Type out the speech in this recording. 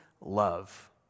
love